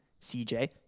CJ